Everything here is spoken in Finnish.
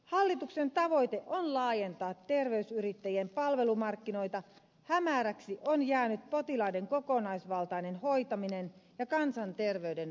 hallituksen tavoite on laajentaa terveysyrittäjien palvelumarkkinoita hämäräksi on jäänyt potilaiden kokonaisvaltainen hoitaminen ja kansanterveyden vaaliminen